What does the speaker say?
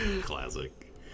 Classic